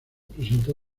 presentó